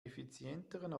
effizienteren